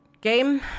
game